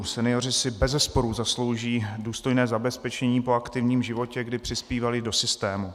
Senioři si bezesporu zaslouží důstojné zabezpečení po aktivním životě, kdy přispívali do systému.